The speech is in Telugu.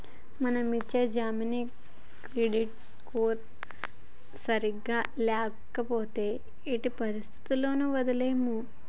మనం ఇచ్చే జామీను క్రెడిట్ స్కోర్ సరిగ్గా ల్యాపోతే ఎట్టి పరిస్థతుల్లోను వదలలేము